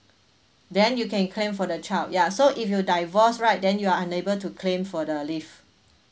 then you can claim for the child ya so if you're divorced right then you are unable to claim for the leave